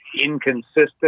inconsistent